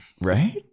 Right